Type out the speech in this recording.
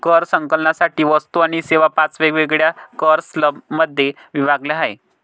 कर संकलनासाठी वस्तू आणि सेवा पाच वेगवेगळ्या कर स्लॅबमध्ये विभागल्या आहेत